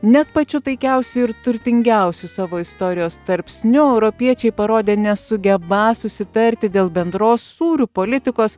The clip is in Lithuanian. net pačiu taikiausiu ir turtingiausių savo istorijos tarpsniu europiečiai parodė nesugebą susitarti dėl bendros sūrių politikos